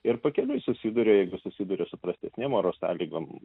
ir pakeliui susiduria jeigu susiduria su prastesnėm oro sąlygom